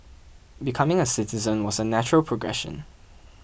becoming a citizen was a natural progression